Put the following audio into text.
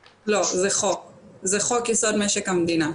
לא, זה חוק יסוד משק המדינה.